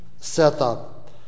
setup